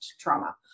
trauma